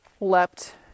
leapt